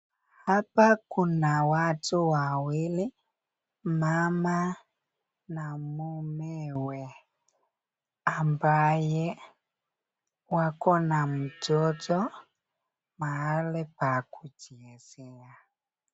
Hapa kuna watu wawili, mama na mumewe ambaye wakona mtoto mahali pa kuchezea.